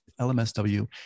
LMSW